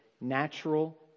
natural